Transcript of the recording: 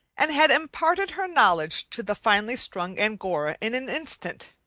and had imparted her knowledge to the finely strung angora in an instant.